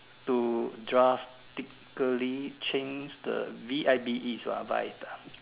to drastically change the V I B E is what ah vibe ah